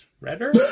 redder